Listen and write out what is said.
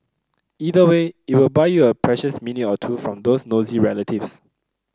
either way it will buy you a precious minute or two from those nosy relatives